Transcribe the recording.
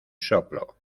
soplo